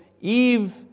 Eve